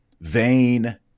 vain